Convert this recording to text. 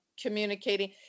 communicating